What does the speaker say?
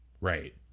Right